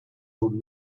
own